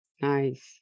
nice